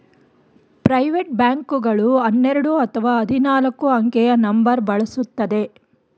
private bank ಗಳು ಹನ್ನೆರಡು ಅಥವಾ ಹದಿನಾಲ್ಕು ಅಂಕೆಯ ನಂಬರ್ ಬಳಸುತ್ತದೆ